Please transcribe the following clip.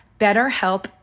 BetterHelp